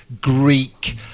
greek